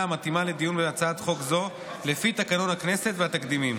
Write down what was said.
המתאימה לדיון בהצעת חוק זו לפי תקנון הכנסת והתקדימים.